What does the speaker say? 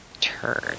turn